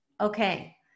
Okay